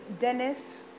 dennis